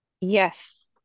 yes